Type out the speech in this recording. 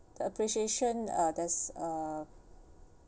the appreciation uh there's uh